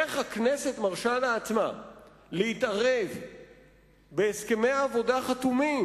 איך הכנסת מרשה לעצמה להתערב בהסכמי עבודה חתומים